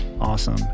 awesome